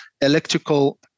electrical